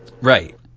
Right